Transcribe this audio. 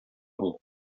бул